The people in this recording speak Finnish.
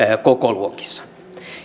kokoluokissa